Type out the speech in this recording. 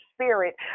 spirit